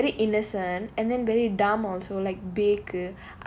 ya I feel like she's very innocent and then very dumb also like பேக்கு:bekku